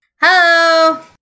Hello